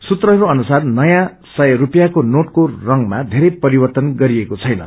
सूत्रहरू अनुसार नयाँसय स्पियाँको नोटको रंगमा धेरै परिवर्तन गरिएको छैन